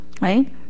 right